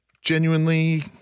genuinely